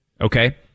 okay